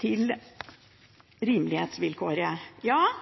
til rimelighetsvilkåret: Ja,